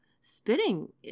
spitting